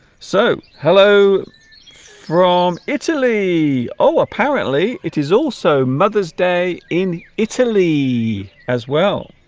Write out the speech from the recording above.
so hello from italy oh apparently it is also mother's day in italy as well